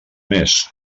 més